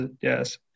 yes